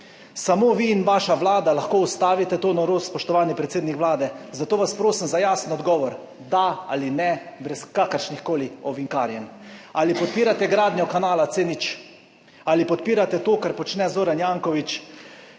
Samo vi in vaša vlada lahko ustavite to norost, spoštovani predsednik Vlade, zato vas prosim za jasen odgovor, da ali ne, brez kakršnihkoli ovinkarjenj: Ali podpirate gradnjo kanala C0? Ali podpirate to, kar počne Zoran Janković,